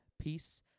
Peace